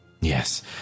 Yes